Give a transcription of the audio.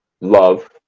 love